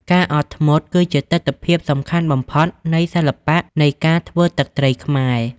ការអត់ធ្មត់ គឺជាទិដ្ឋភាពសំខាន់បំផុតនៃសិល្បៈនៃការធ្វើទឹកត្រីខ្មែរ។